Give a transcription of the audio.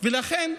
ולכן,